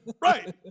right